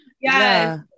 yes